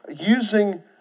using